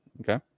Okay